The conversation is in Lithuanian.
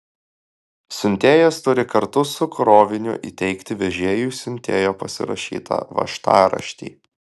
siuntėjas turi kartu su kroviniu įteikti vežėjui siuntėjo pasirašytą važtaraštį